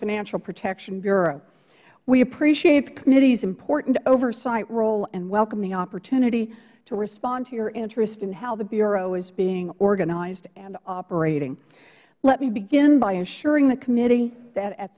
financial protection bureau we appreciate the committee's important oversight role and welcome the opportunity to respond to your interest in how the bureau is being organized and operating let me begin by assuring the committee that at